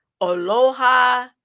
Aloha